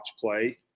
play